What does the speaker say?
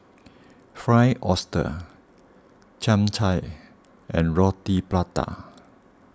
Fried Oyster Chap Chai and Roti Prata